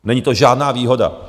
Není to žádná výhoda.